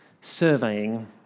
surveying